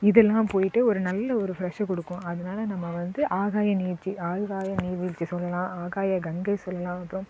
இதெல்லாம் போய்விட்டு ஒரு நல்ல ஒரு ஃப்ரெஷ் கொடுக்கும் அதனால் நம்ம வந்து ஆகாய நீர்ச்சி ஆகாய நீர் வீழ்ச்சி சொல்லலாம் ஆகாய கங்கை சொல்லலாம் அப்புறம்